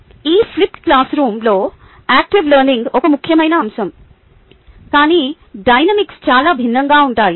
ఈ ఫ్లిప్డ్ క్లాస్రూమ్లో active learning ఒక ముఖ్యమైన అంశం కానీ డైనమిక్స్ చాలా భిన్నంగా ఉంటుంది